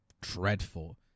dreadful